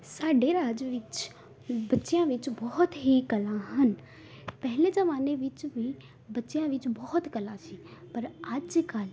ਸਾਡੇ ਰਾਜ ਵਿੱਚ ਬੱਚਿਆਂ ਵਿੱਚ ਬਹੁਤ ਹੀ ਕਲਾ ਹਨ ਪਹਿਲੇ ਜ਼ਮਾਨੇ ਵਿੱਚ ਵੀ ਬੱਚਿਆਂ ਵਿੱਚ ਬਹੁਤ ਕਲਾ ਸੀ ਪਰ ਅੱਜ ਕੱਲ੍ਹ